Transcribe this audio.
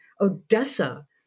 Odessa